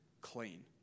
clean